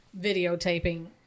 videotaping